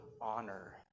honor